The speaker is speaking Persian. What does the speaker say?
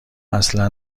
اصلا